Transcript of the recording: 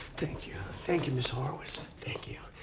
thank you, thank you ms. horowitz. thank you.